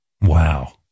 Wow